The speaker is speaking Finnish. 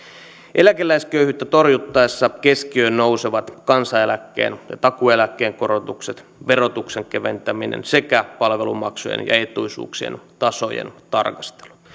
eläkeläisköyhyyttä torjuttaessa keskiöön nousevat kansaneläkkeen ja takuueläkkeen korotukset verotuksen keventäminen sekä palvelumaksujen ja etuisuuksien tasojen tarkastelu